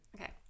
okay